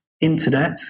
internet